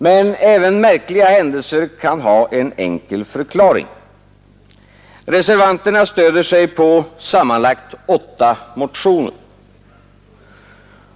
Men även märkliga händelser kan ha en enkel förklaring. Reservanterna stöder sig på sammanlagt åtta motioner.